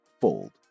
fold